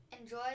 Enjoy